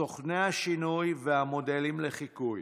סוכני השינוי והמודלים לחיקוי,